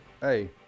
Hey